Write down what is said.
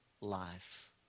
life